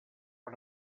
per